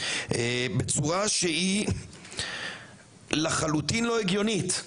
בצורה שהיא לחלוטין לא הגיונית.